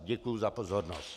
Děkuji za pozornost.